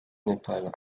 népal